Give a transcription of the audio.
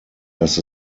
dass